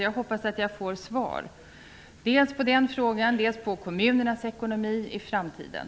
Jag hoppas alltså på svar dels på den frågan, dels på frågan om kommunernas ekonomi i framtiden.